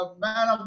man